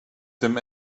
them